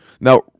Now